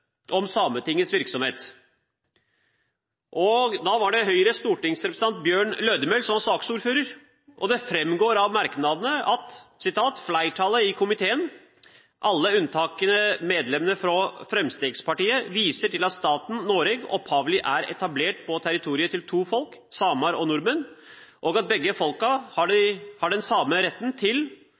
stortingsrepresentant Bjørn Lødemel som var saksordfører. Det framgår av merknadene: «Fleirtalet i komiteen, alle unnateke medlemene frå Framstegspartiet, viser til at staten Noreg opphavleg er etablert på territoriet til to folk, samar og nordmenn, og at begge folka har den same retten til